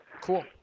Cool